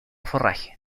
forraje